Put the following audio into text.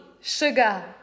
sugar